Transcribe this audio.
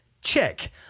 Check